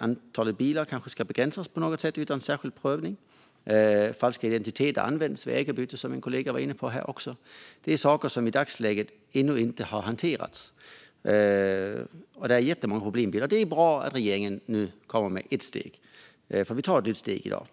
Antalet bilar kanske ska begränsas utan särskild prövning, på något sätt, och som min kollega var inne på används falska identiteter vid ägarbyte. Detta är sådant som i dagsläget ännu inte har hanterats. Det finns jättemånga problem, och det är bra att regeringen nu kommer med ett steg. För vi tar ett nytt steg i dag.